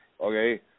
okay